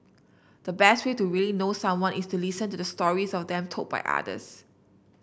the best way to really know someone is to listen to the stories of them told by others